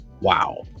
wow